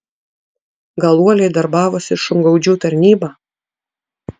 gal uoliai darbavosi šungaudžių tarnyba